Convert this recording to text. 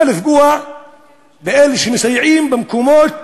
בא לפגוע באלה שמסייעים במקומות